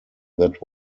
that